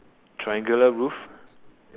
triangular roof